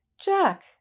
jack